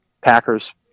Packers